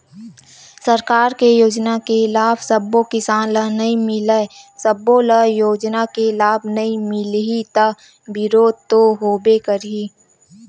सरकार के योजना के लाभ सब्बे किसान ल नइ मिलय, सब्बो ल योजना के लाभ नइ मिलही त बिरोध तो होबे करही